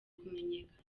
kumenyekana